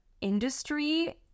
industry